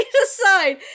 decide